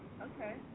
Okay